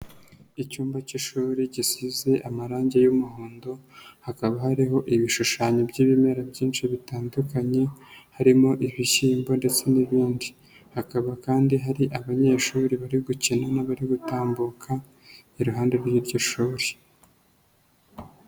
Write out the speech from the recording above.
Icyumba cy'ishuri gisize amarangi y'umuhondo, hakaba hariho ibishushanyo by'ibimera byinshi bitandukanye, harimo ibishyimbo ndetse n'ibindi. Hakaba kandi hari abanyeshuri bari gukina n'abari gutambuka, iruhande rw'iryo shuri.